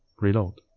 reload.